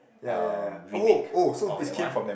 um remake oh that one